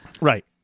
Right